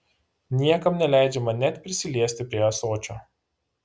niekam neleidžiama net prisiliesti prie ąsočio